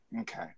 okay